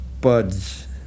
buds